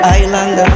island